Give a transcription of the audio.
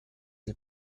del